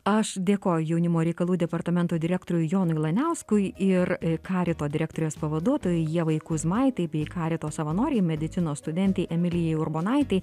aš dėkoju jaunimo reikalų departamento direktoriui jonui laniauskui ir karito direktorės pavaduotojai ieva kuzmaitei bei karito savanorei medicinos studentei emilijai urbonaitei